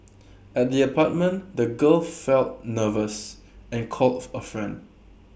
at the apartment the girl felt nervous and called of A friend